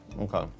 Okay